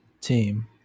team